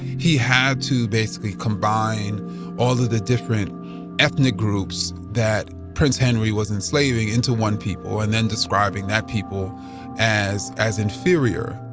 he had to basically combine all of the different ethnic groups that prince henry was enslaving into one people, and then describing that people as as inferior.